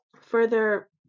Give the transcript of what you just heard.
further